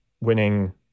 winning